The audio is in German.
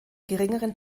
geringeren